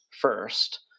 first